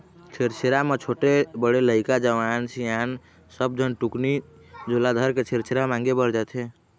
छेरछेरा म छोटे, बड़े लइका, जवान, सियान सब झन टुकनी झोला धरके छेरछेरा मांगे बर जाथें